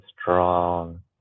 strong